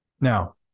Now